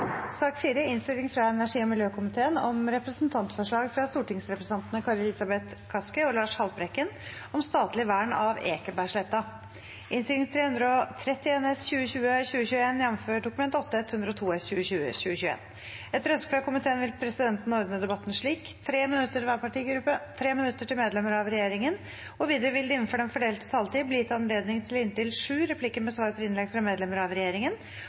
sak nr. 3. Etter ønske fra energi- og miljøkomiteen vil presidenten ordne debatten slik: 3 minutter til hver partigruppe og 3 minutter til medlemmer av regjeringen. Videre vil det – innenfor den fordelte taletid – bli gitt anledning til inntil sju replikker med svar etter innlegg fra medlemmer av regjeringen,